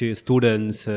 students